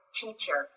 teacher